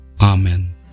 Amen